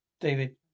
david